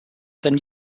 than